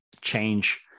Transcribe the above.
change